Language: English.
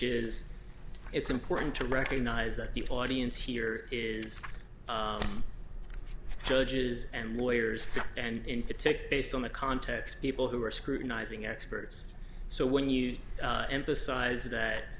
is it's important to recognize that people audience here is judges and lawyers and take based on the context people who are scrutinising experts so when you emphasize that